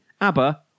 ABBA